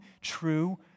true